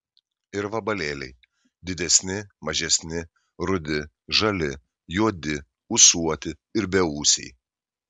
ir vabalėliai didesni mažesni rudi žali juodi ūsuoti ir beūsiai